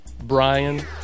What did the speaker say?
Brian